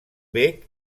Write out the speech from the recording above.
bec